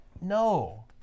No